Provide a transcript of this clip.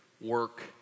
work